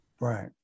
Right